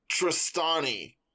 Tristani